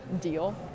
deal